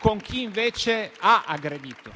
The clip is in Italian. con chi invece ha aggredito,